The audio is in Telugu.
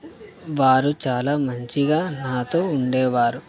వారు చాలా మంచిగా నాతో ఉండేవారు